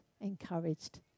encouraged